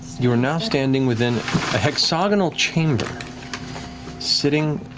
you are now standing within a hexagonal chamber sitting